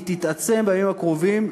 היא תתעצם בימים הקרובים,